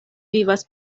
vivas